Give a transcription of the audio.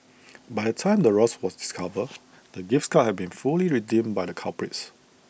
by the time the ruse was discovered the gift's cards had been fully redeemed by the culprits